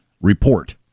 Report